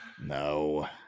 No